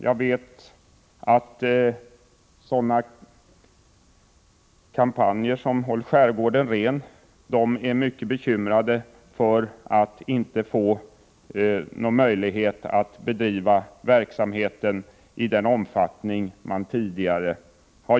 Jag vet att personer bakom kampanjen ”Håll skärgården ren” är mycket bekymrade över att inte kunna bedriva verksamheten i samma omfattning som tidigare.